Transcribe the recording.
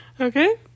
Okay